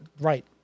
right